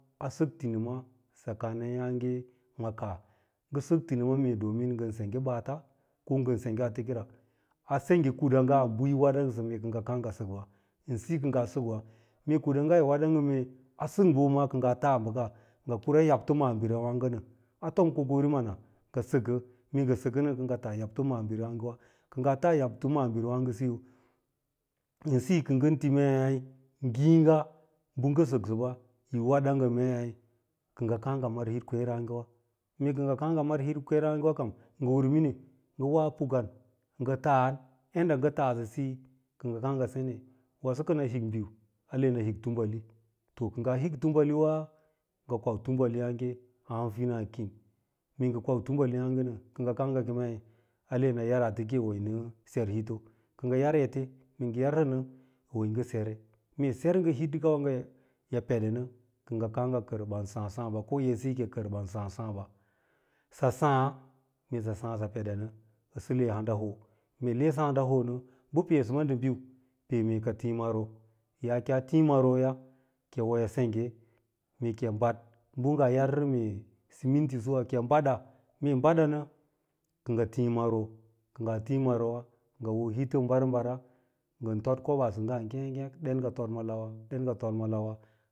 A sɚk tiniima sakamyààge ma kaah ngɚ sɚk tinima mee ngɚ ɓaata ko ngɚn sengge atekera, a sengge kuɗa’ nga bɚ yi weɗe ngɚsɚ mee kɚ ngo kàà ngɚ sɚk ba nɗɚ siyo kɚ ngaa sak’wa, mee kuɗa yi weɗe mee a sɚk bɚɓa maa kɚ ngaa taa ɓɚka, ngɚ kura yaɓto maabiri yààgɚ nɚ a tom kokari mana ngɚ sɚkɚ, mee ngɚ sɚkɚnɚ kɚ ngɚ tas yabto maabiriyààg wa, kɚ ngaa ta yabto maabiri wààgo siyo ɚn siyo ki yi ngɚ ti mei ngiga bɚ ngɚ sɚ ksɚɓa, yi weɗe ngɚ mei kɚ ngɚ kàà ngɚ mar hit kwêêrààge wa, mee kɚ ngɚ kàà ngɚ mar hit kwêêrààgewa kam ngɚ wɚr miniu ngɚwa pukan ngɚtaan yaɗɗa ngɚ taasɚsiyi kɚ ngɚ kàà ngɚ sene waso kɚnɚ hik biu, ale nɚ hik tambali, to kɚ ngaa hik tubahwa ngɚ kwau tubaliyààge ahamfina kiyi mee ngɚ kwaw tubaliyààge nɚ, kɚ ngɚ kàà ngɚ keme ale nɚ yar ate ke wo yi nɚ ser hito, kɚ ngɚ yar ete mee ngɚ yarsɚ nɚ woyi sere, mu ser ngɚ no hit kawa yi peɗe nɚ kɚ ngɚ kàà ngɚ kɚr baa sàà, sààba ko ngɚ kàà ngɚ kɚr baa sàà. Sààba ko oɗsiyi kiyi kɚr ɓaa sàà sààɓa sɚ sàà, mee sɚ sàà sɚ peɗe nɚ, ɚ sa de handa ho, mee le sɚ hanila honɚ, bɚ peesɚba ndɚ bin, pee ka tii maro, yaa ki yaa tii maroya ki yi wo yi sengge, mee ki yi gwaɗ bɚ ngaa yarsɚ mee simintisuwa ki yi bada, mee yi bada nɚ kɚ ngɚ tii maro, kɚ nga tii marowa, ngɚ hoo hiton mbar mbaa ngɚ toɗ ma lawa ɗen ngɚ tod ma lawa